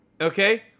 Okay